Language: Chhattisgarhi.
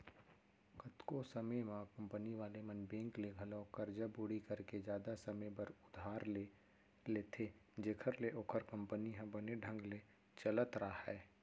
कतको समे म कंपनी वाले मन बेंक ले घलौ करजा बोड़ी करके जादा समे बर उधार ले लेथें जेखर ले ओखर कंपनी ह बने ढंग ले चलत राहय